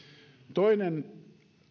toinen